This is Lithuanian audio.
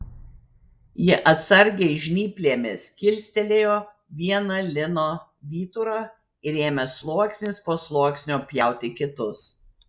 ji atsargiai žnyplėmis kilstelėjo vieną lino vyturą ir ėmė sluoksnis po sluoksnio pjauti kitus